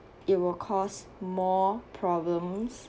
it will cause more problems